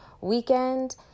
weekend